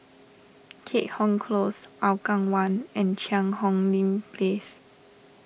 Keat Hong Close Hougang one and Cheang Hong Lim Place